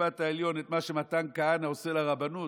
המשפט העליון את מה שמתן כהנא עושה לרבנות,